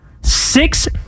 six